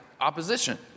opposition